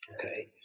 okay